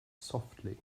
softly